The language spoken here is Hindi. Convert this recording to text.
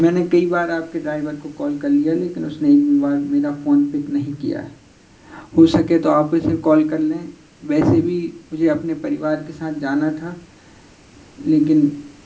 मैंने कई बार आपके ड्राइवर को कॉल कर लिया लेकिन उसने एक भी बार मेरा फोन पिक नहीं किया हो सके तो आप इसे कॉल कर लें वैसे भी मुझे अपने परिवार के साथ जाना था लेकिन